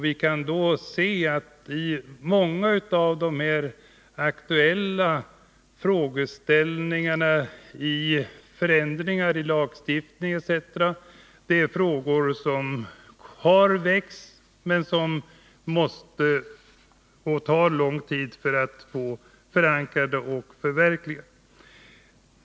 Vi kan se att det måste komma att ta lång tid att få många av de aktuella frågor som väckts och som gäller förändringar i lagstiftningen etc. förankrade och förverkligade.